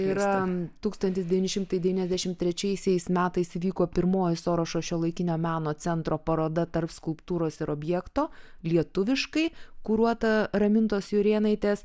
yra tūkstantis devyni šimtai devyniasdešimt trečiaisiais metais įvyko pirmoji sorošo šiuolaikinio meno centro paroda tarp skulptūros ir objekto lietuviškai kuruota ramintos jurėnaitės